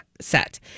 set